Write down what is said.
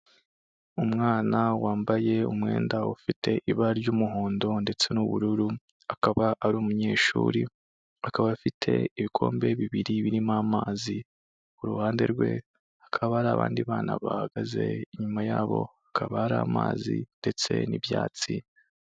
Umwana wambaye umwenda ufite ibara ry'umuhondo ndetse n'ubururu akaba ari umunyeshuri akaba afite ibikombe bibiri birimo amazi, ku ruhande rwe hakaba hari abandi bana bahagaze inyuma yabo hakaba ari amazi ndetse n'ibyatsi.